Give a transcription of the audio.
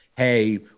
hey